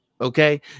okay